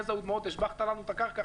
יזע ודמעות השבחת לנו את הקרקע,